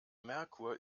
merkur